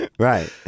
Right